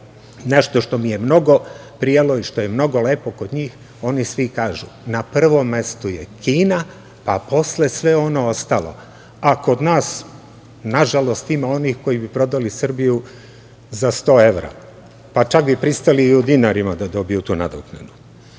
nešto što mi je mnogo prijalo i što je mnogo lepo kod njih, oni svi kažu - na prvom mestu je Kina, pa posle sve ono ostalo, a kod nas nažalost ima onih koji bi prodali Srbiju za 100 evra, pa čak bi pristali i u dinarima da dobiju tu nadoknadu. Ja